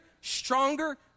stronger